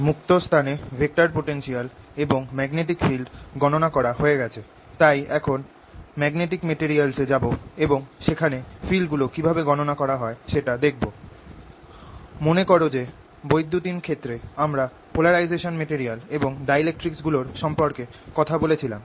মনে কর যে বৈদ্যুতিন ক্ষেত্রে আমরা পোলারাইজেবল মেটেরিয়াল এবং ডাইলেট্রিকস গুলোর সম্পর্কে কথা বলেছিলাম